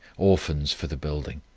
orphans for the building.